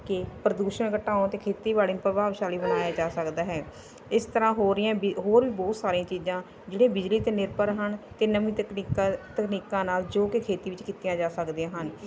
ਕੇ ਪ੍ਰਦੂਸ਼ਣ ਘਟਾਉਣ ਅਤੇ ਖੇਤੀਬਾੜੀ ਨੂੰ ਪ੍ਰਭਾਵਸ਼ਾਲੀ ਬਣਾਇਆ ਜਾ ਸਕਦਾ ਹੈ ਇਸ ਤਰ੍ਹਾਂ ਹੋ ਰਹੀਆਂ ਵੀ ਹੋਰ ਵੀ ਬਹੁਤ ਸਾਰੀਆਂ ਚੀਜ਼ਾਂ ਜਿਹੜੀਆਂ ਬਿਜਲੀ 'ਤੇ ਨਿਰਭਰ ਹਨ ਅਤੇ ਨਵੀਂ ਤਕਨੀਕਾਂ ਤਕਨੀਕਾਂ ਨਾਲ ਜੋ ਕਿ ਖੇਤੀ ਵਿੱਚ ਕੀਤੀਆਂ ਜਾ ਸਕਦੀਆਂ ਹਨ